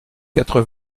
quatre